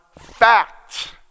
fact